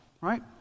Right